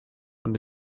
und